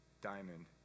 diamond